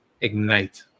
ignite